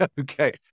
Okay